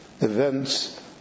events